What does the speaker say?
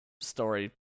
story